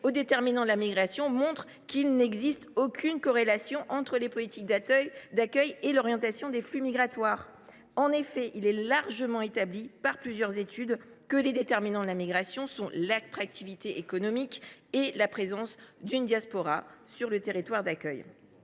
aux déterminants de la migration montrent qu’il n’existe aucune corrélation entre les politiques d’accueil et l’orientation des flux migratoires. Il est largement établi, par plusieurs études, que les déterminants de la migration sont l’attractivité économique et la présence d’une diaspora sur le territoire d’accueil.